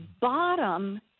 bottom